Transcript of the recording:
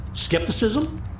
Skepticism